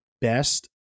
best